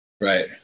right